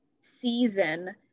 season